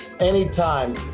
Anytime